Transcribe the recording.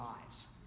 lives